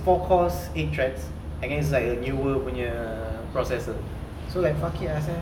four cores eight threads and then it's like a newer processor so like fuck it ah sia